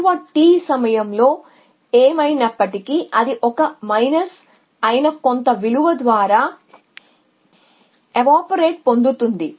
విలువ T సమయంలో ఏమైనప్పటికీ అది 1 మైనస్ ఆవిరైపోయిన కొంత విలువ పొందుతుంది